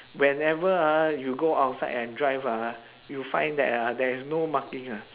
whenever ah you go outside and drive ah you find that ah there is no marking ah